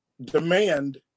demand